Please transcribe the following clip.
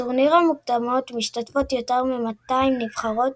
בטורניר המוקדמות משתתפות יותר מ-200 נבחרות,